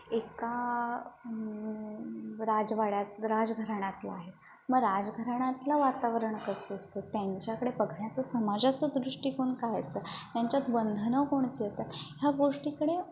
एका राजवाड्यात राजघराण्यातला आहे मग राजघराण्यातलं वातावरण कसं असतं त्यांच्याकडे बघण्याचा समाजाचा दृष्टिकोन काय असतो त्यांच्यात बंधनं कोणती असतात ह्या गोष्टीकडे